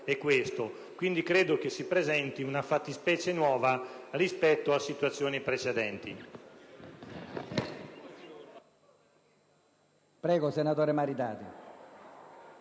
Quindi, credo si presenti una fattispecie nuova rispetto a situazioni precedenti.